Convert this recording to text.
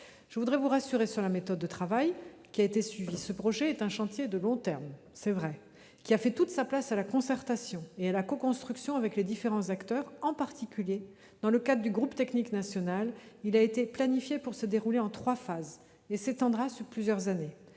Je voudrais vous rassurer sur la méthode de travail qui a été suivie. Ce projet est un chantier de long terme, qui a fait toute sa place à la concertation et à la coconstruction avec les différents acteurs, en particulier dans le cadre du groupe technique national. Il a été planifié pour se dérouler en trois phases et s'étendra sur plusieurs années.